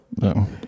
No